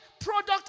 product